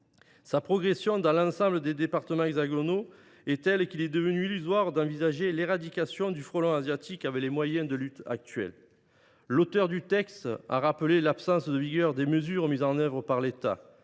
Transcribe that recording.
Sa progression dans l’ensemble des départements hexagonaux est telle qu’il est devenu illusoire d’envisager son éradication avec les moyens de lutte actuels. L’auteur du texte a rappelé l’absence de vigueur des mesures mises en œuvre par l’État